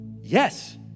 Yes